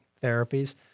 therapies